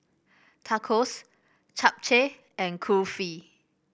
Tacos Japchae and Kulfi